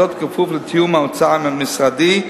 וזאת בכפוף לתיאום ההצעה עם משרדי,